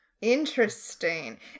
interesting